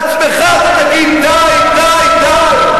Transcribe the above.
לעצמך אתה תגיד: די, די, די.